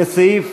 לסעיף